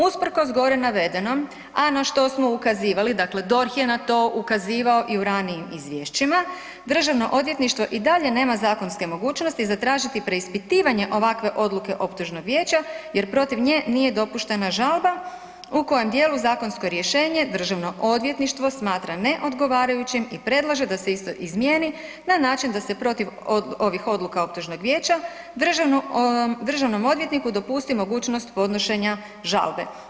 Usprkos gore navedenom, a na što smo ukazivali, dakle DORH je na to ukazivao i u ranijim izvješćima državno odvjetništvo i dalje nema zakonske mogućnosti zatražiti preispitivanje ovakve odluke optužnog vijeća jer protiv nje nije dopuštena žalba u kojem dijelu zakonsko rješenje državno odvjetništvo smatra neodgovarajućim i predlaže da se isto izmijeni na način da se protiv ovih odluka optužnog vijeća državnom odvjetniku dopusti mogućnost podnošenja žalbe.